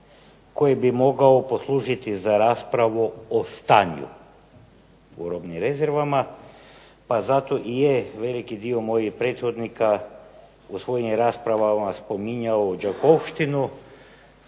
koji bi mogao poslužiti za raspravu o stanju u robnim rezervama pa zato i je veliki dio mojih prethodnika u svojim raspravama spominjao "Đakovštinu"